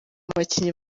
bakinnyi